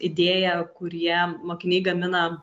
idėja kurie mokiniai gamina